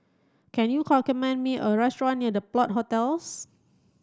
can you me a restaurant near The Plot Hostels